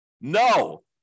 No